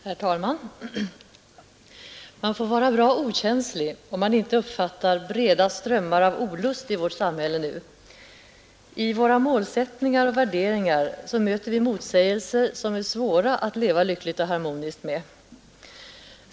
Herr talman! Man får vara bra okänslig om man inte uppfattar breda strömmar av olust i vårt samhälle nu. I våra målsättningar och värderingar möter vi motsägelser som är svåra att leva lyckligt och harmoniskt med.